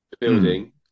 building